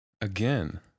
Again